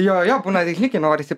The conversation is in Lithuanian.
jo jo būna kai norisi